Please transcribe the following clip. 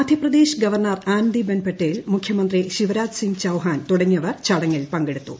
Madhya Pradesh governor Anandiben Patel മുഖ്യമന്ത്രി ശിവരാജ് സിംഗ് ചൌഹാൻ തുടങ്ങിയവർ ചടങ്ങിൽ പ്ക്കെടുത്തു